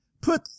put